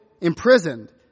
imprisoned